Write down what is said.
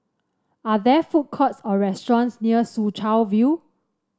are there food courts or restaurants near Soo Chow View